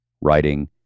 writing